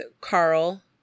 carl